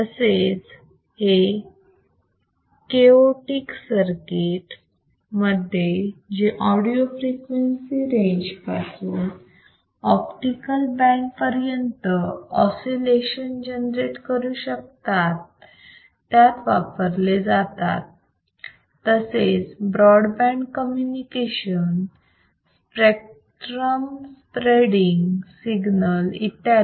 तसेच हे chaotic circuit मध्ये जे ऑडिओ फ्रिक्वेन्सी रेंज पासून ऑप्टिकल बँड पर्यंत ऑसिलेशन जनरेट करू शकतात त्यात वापरले जातात तसेच broadband communication spectrum spreading signal इत्यादी